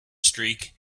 streak